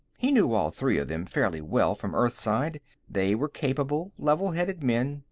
he knew all three of them fairly well from earthside they were capable, level-headed men,